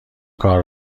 کار